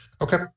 Okay